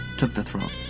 took the throne.